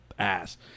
ass